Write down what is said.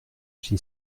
j’y